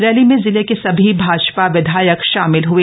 rally में जिले के सभी भाज ा विधायक शामिल हुए